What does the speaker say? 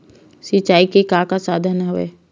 सिंचाई के का का साधन हवय?